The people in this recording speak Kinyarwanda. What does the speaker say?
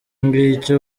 ngicyo